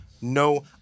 no